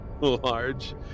Large